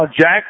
Jack